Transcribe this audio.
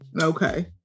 Okay